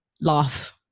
laugh